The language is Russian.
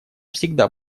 всегда